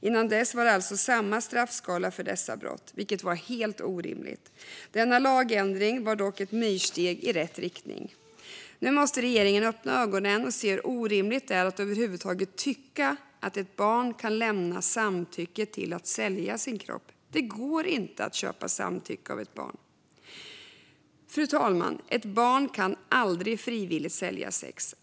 Innan dess var det alltså samma straffskala för dessa brott, vilket var helt orimligt. Denna lagändring var dock ett myrsteg i rätt riktning. Nu måste regeringen öppna ögonen och se hur orimligt det är att över huvud taget tycka att ett barn kan lämna samtycke till att sälja sin kropp. Det går inte att köpa samtycke av ett barn. Fru talman! Ett barn kan aldrig frivilligt sälja sex.